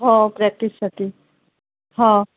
हो प्रॅक्टीससाठी हा